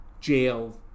jail